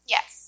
Yes